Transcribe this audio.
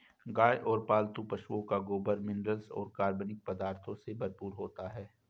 गाय और पालतू पशुओं का गोबर मिनरल्स और कार्बनिक पदार्थों से भरपूर होता है